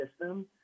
system